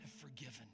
forgiven